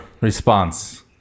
response